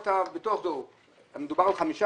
מדובר על 5 אחוזים?